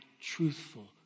truthful